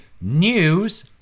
news